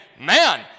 man